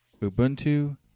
Ubuntu